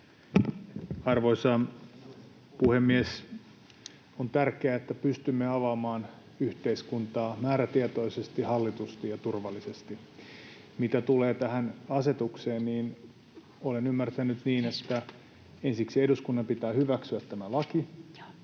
Arvoisa puhemies! On tärkeää, että pystymme avaamaan yhteiskuntaa määrätietoisesti, hallitusti ja turvallisesti. Mitä tulee tähän asetukseen, niin olen ymmärtänyt niin, että ensiksi eduskunnan pitää hyväksyä tämä laki,